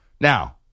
Now